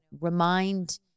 remind